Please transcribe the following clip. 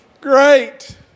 Great